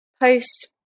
post